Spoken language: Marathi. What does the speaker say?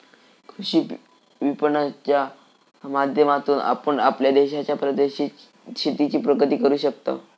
कृषी विपणनाच्या माध्यमातून आपण आपल्या देशाच्या शेतीची प्रगती करू शकताव